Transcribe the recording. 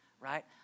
right